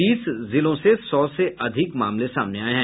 तीस जिलों से सौ से अधिक मामले सामने आये हैं